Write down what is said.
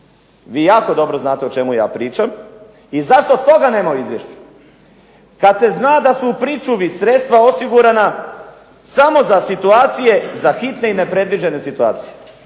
vi jako dobro znate o čemu ja pričam i zašto toga nema u izvješću kad se zna da su u pričuvi sredstva osigurana samo za situacije, za hitne i nepredviđene situacije.